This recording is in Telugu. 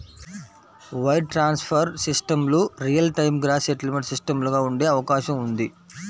వైర్ ట్రాన్స్ఫర్ సిస్టమ్లు రియల్ టైమ్ గ్రాస్ సెటిల్మెంట్ సిస్టమ్లుగా ఉండే అవకాశం ఉంది